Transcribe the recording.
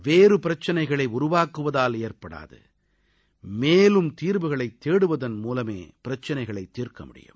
வேறு பிரச்சனையை உருவாக்குவதால் ஏற்படாது மேலும் தீர்வுகளை தேடுவதன் மூலமே பிரச்சினைகளை தீர்க்க முடியும்